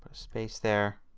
space there,